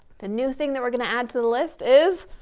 the new thing that we're gonna add to the list is,